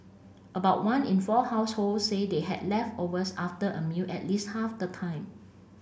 about one in four households say they had leftovers after a meal at least half the time